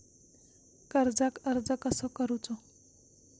कर्जाक अर्ज कसो करूचो?